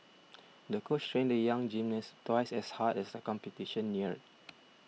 the coach trained the young gymnast twice as hard as the competition neared